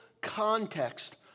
context